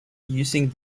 using